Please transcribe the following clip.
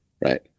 Right